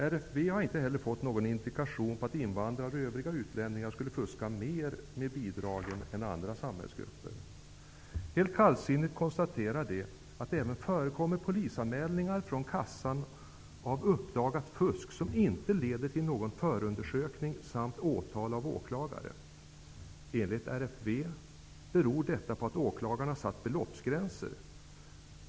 Riksförsäkringsverket har inte heller fått någon indikation på att invandrare och övriga utlänningar skulle fuska mer med bidragen än andra samhällsgrupper. Man konstaterar helt kallsinnigt att det även förekommer polisanmälningar från kassan av uppdagat fusk som inte leder till någon förundersökning samt åtal av åklagare. Enligt RFV beror detta på att åklagarna har satt beloppsgränser.